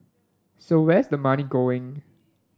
so where's the money going